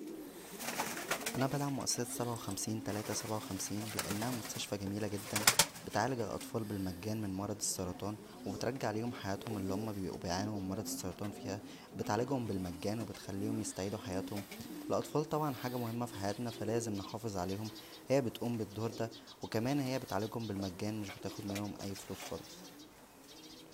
انا بدعم مؤسسة سبعه وخمسين تلاته سبعه وخمسين لانها مسنشفى جميله جدا بتعالج الاطفال بالمجان من مرض السرطان و بترجع ليهم حياتهم اللى هما بيبقو بيعانو من مرض السرطان فيها و بتعالجهم بالمجان و بتخليهم يستعيدو حياتهم الاطفال طبعا حاجه مهمه فى حياتنا فا لازم نحاف عليهم هى بتقوم بالدور دا وكمان هى بتعالجهم بالمجان مش بتاخد منهم اى فلوس خالص